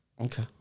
Okay